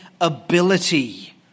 ability